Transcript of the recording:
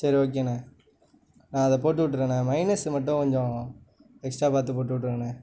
சரி ஓகேண்ணே நான் அதை போட்டு விட்றண்ணே மயனஸ் மட்டும் கொஞ்சம் எக்ஸ்ட்ரா பார்த்து போட்டு விட்டுருங்கண்ணே